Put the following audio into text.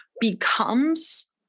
becomes